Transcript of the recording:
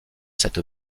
cette